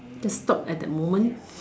just stop at that moment